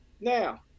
now